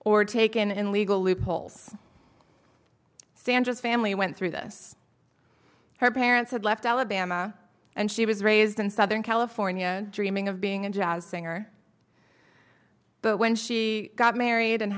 or taken in legal loopholes sandra's family went through this her parents had left alabama and she was raised in southern california dreaming of being a jazz singer but when she got married and